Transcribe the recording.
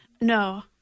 no